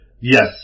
Yes